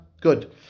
Good